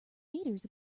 meters